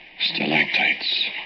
Stalactites